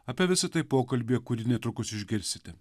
apie visa tai pokalbyje kurį netrukus išgirsite